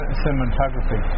cinematography